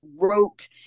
wrote